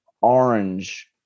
orange